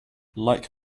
like